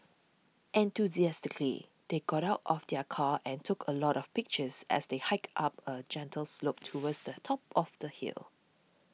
enthusiastically they got out of the car and took a lot of pictures as they hiked up a gentle slope towards the top of the hill